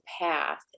path